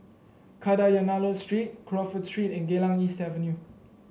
Kadayanallur Street Crawford Street and Geylang East Avenue